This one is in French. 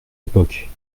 époque